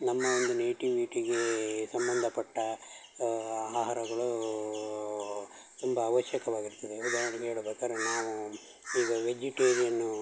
ನಮ್ಮ ಒಂದು ನೇಟಿವೀಟಿಗೆ ಸಂಬಂಧಪಟ್ಟ ಆಹಾರಗಳು ತುಂಬ ಆವಶ್ಯಕವಾಗಿರ್ತದೆ ಉದಾರ್ಣೆಗೆ ಹೇಳ್ಬೇಕಾದ್ರೆ ನಾವು ಈಗ ವೆಜಿಟೇರಿಯನ್ನೂ